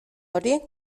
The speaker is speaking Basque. hori